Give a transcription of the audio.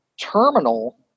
terminal